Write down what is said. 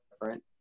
different